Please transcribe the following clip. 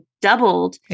doubled